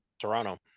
toronto